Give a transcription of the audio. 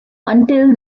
until